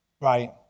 right